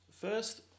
First